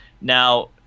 Now